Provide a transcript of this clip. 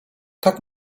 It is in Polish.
tak